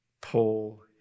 pull